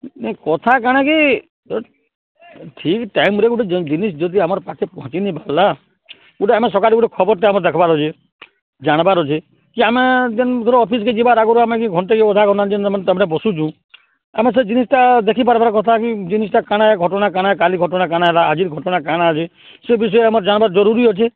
ନାଇଁ କଥା କ'ଣ କି ଠିକ ଟାଇମରେ ଗୋଟେ ଜିନିଷ ଯଦି ଆମର ପାଖେ ପହଞ୍ଚି ନାଇଁ ପାରିଲା ଗୋଟେ ଆମେ ସକାଳୁ ଗୋଟେ ଖବରଟା ଆମର ଦେଖିବାର ଅଛେ ଜାଣବାର୍ ଅଛେ କି ଆମେ ଯେନ୍ ଧର ଅଫିସକେ ଯିବାର ଆଗରୁ ଆମେ କି ଘଣ୍ଟେ କି ଅଧଘଣ୍ଟା ଯେନ୍ ଆମେ ବସୁଛୁ ଆମେ ସେ ଜିନିଷଟା ଦେଖିପାରିବାର କଥା କି ଜିନିଷଟା କାଣା ଘଟଣା କାଣା କାଲି ଘଟଣା କାଣା ହେଲା ଆଜିର ଘଟଣା କାଣା ଅଛେ ସେ ବିଷୟରେ ଆମର ଜାଣିବାର ଜରୁରୀ ଅଛେ